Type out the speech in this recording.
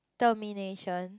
termination